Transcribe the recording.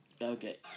Okay